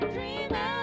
Dreamer